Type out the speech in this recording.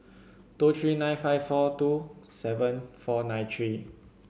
two three nine five four two seven four nine three